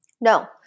No